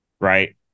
Right